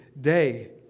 day